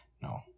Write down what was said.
No